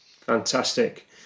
Fantastic